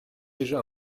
déjà